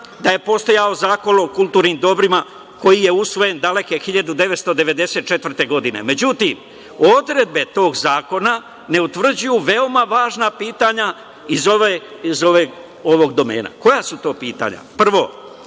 da je postojao Zakon o kulturnim dobrima koji je usvojen daleke 1994. godine, međutim, odredbe tog zakona ne utvrđuju veoma važna pitanja iz ovog domena. Koja su to pitanja? Prvo,